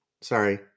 sorry